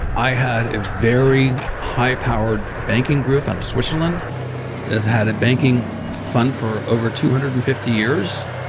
i had a very high powered banking group out of switzerland that have had a banking fund for over two hundred and fifty years.